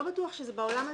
לא בטוח שזה בעולם הזה,